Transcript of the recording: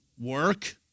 Work